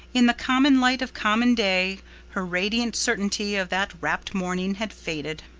in the common light of common day her radiant certainty of that rapt morning had faded.